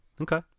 okay